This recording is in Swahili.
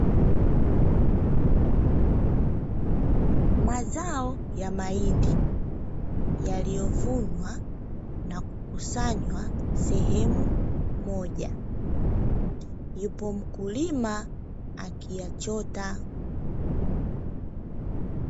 Mazao ya mahindi yaliyovunwa na kukusanywa sehemu moja. Yupo mkulima akiyachota.